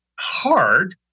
hard